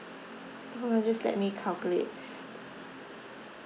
hold on just let me calculate